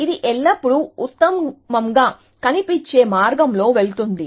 ఇది ఎల్లప్పుడూ ఉత్తమంగా కనిపించే మార్గంలో వెళుతుంది